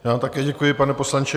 Já vám také děkuji, pane poslanče.